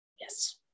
Yes